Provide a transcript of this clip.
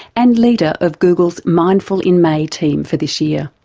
and leader of google's mindful in may team for this year.